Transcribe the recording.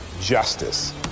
justice